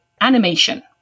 animation